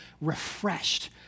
refreshed